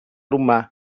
humà